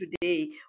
today